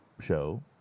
show